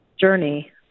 journey